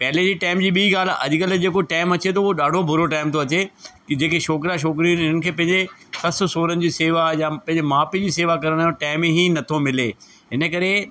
पहिले जी टाइम जी ॿीं ॻाल्हि आहे अॼुकल्ह जे को टाइम अचे थो उहा ॾाढो बुरो टाइम थो अचे कि जे के छोकिरा छोकिरी इन्हनि खे पंहिंजे ससु सोरनि जी सेवा या पंहिंजे माउ पीउ जी सेवा करण जो टाइम ई नथो मिले हिन करे